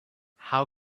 how